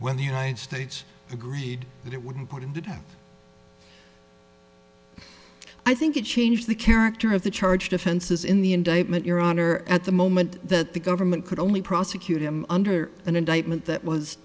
when the united states agreed that it would be put in that have i think it changed the character of the charged offenses in the indictment your honor at the moment that the government could only prosecute him under an indictment that was